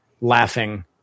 laughing